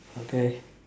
okay